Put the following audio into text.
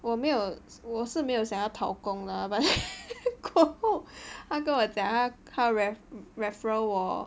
我没有我是没有想要逃工 lah but then 他跟我讲他 referral 我